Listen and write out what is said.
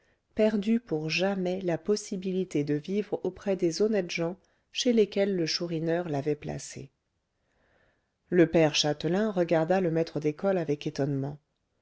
perdu pour jamais la possibilité de vivre auprès des honnêtes gens chez lesquels le chourineur l'avait placé le père châtelain regarda le maître d'école avec étonnement